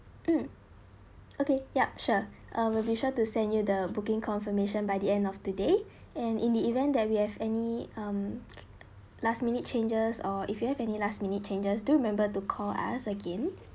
mm okay ya sure uh we'll be sure to send you the booking confirmation by the end of the day and in the event that we have any um last minute changes or if you have any last minute changes do remember to call us again